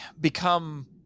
become –